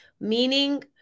meaning